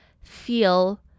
feel